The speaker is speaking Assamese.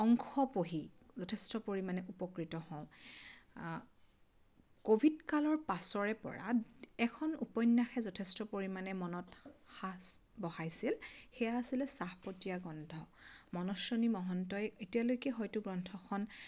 অংশ পঢ়ি যথেষ্ট পৰিমাণে উপকৃত হওঁ আ ক'ভিডকালৰ পাছৰে পৰা এখন উপন্যাসে যথেষ্ট পৰিমাণে মনত সাঁচ বঢ়াইছিল সেয়া আছিলে চাহপতীয়া গোন্ধ মনস্বিনী মহন্তই এতিয়ালৈকে হয়তো গ্ৰন্থখন